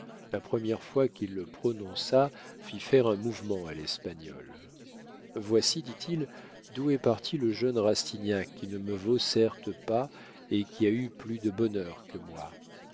la première fois qu'il le prononça fit faire un mouvement à l'espagnol voici dit-il d'où est parti le jeune rastignac qui ne me vaut certes pas et qui a eu plus de bonheur que moi